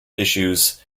issues